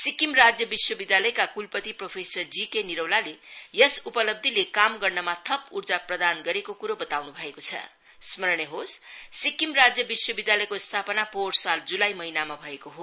सिक्किम राज्य विश्वविद्यालयका कुलपति प्रोफेसर जीके निरौलाले यस उपलब्धीले काम गर्नमा थप उर्जा प्रदान गरेको कुरो बताउन् भएको छ स्मरणीय होस् सिक्किम राज्य विश्वविद्यालयको स्थापना पोहोर साल जुलाई महिनामा भएको हो